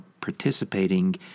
participating